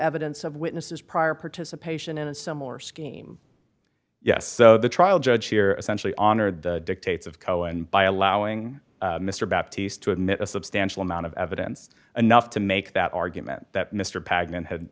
evidence of witnesses prior participation in a similar scheme yes so the trial judge here essentially honored the dictates of cohen by allowing mr baptist to admit a substantial amount of evidence enough to make that argument that mr paglen had